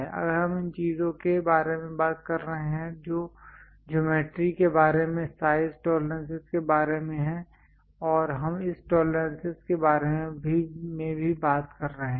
अगर हम इन चीजों के बारे में बात कर रहे हैं जो ज्योमेट्री के बारे में साइज टॉलरेंसेस के बारे में हैं और हम इस टॉलरेंसेस के बारे में भी बात करते हैं